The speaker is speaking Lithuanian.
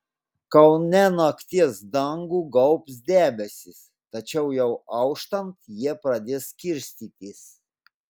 kaune nakties dangų gaubs debesys tačiau jau auštant jie pradės skirstytis